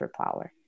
superpower